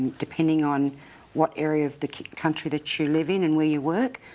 depending on what area of the country that you live in and where you work,